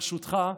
ברשותך,